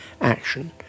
action